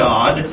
God